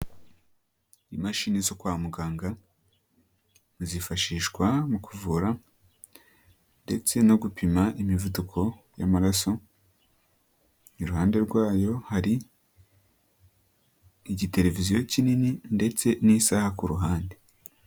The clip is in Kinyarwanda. Imashini zo kwa muganga zifashishwa mu kuvura ndetse no gupima imivuduko y'amaraso, iruhande rwayo hari igitereviziyo kinini ndetse n'isaha ku ruhande.